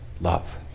love